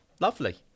lovely